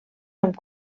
amb